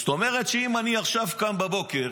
זאת אומרת, אם אני קם בבוקר